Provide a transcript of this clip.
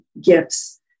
gifts